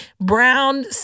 brown